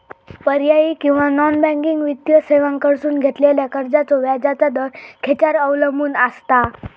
पर्यायी किंवा non banking वित्तीय सेवांकडसून घेतलेल्या कर्जाचो व्याजाचा दर खेच्यार अवलंबून आसता?